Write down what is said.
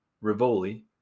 Rivoli